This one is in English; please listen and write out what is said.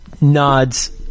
nods